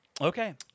Okay